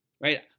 right